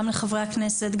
גם לחברי הכנסת,